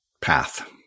path